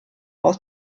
aus